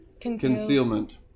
concealment